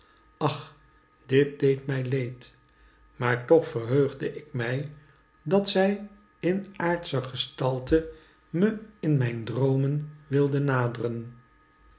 ach dit deed mij leed maar toch verheugde ik mij dat zij in aardscher gestalte me in mijn droomen wilde naadren